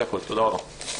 זה הכל, תודה רבה.